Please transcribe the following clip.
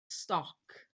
stoc